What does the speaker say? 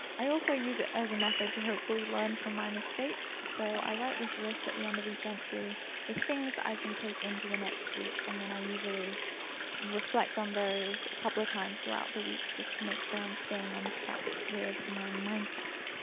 i also use it as a method to hopefully learn from my mistakes, so i write this list at the end of each entry with things that i can take into the next week, and then i usually reflect on those a couple of times throughout the week just to make sure i'm staying on track with my mindset.